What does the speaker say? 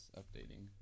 updating